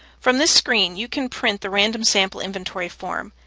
from this screen, you can print the random sample inventory form.